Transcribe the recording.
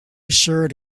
tshirt